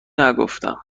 نگفتم